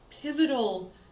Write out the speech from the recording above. pivotal